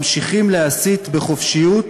ממשיכים להסית בחופשיות,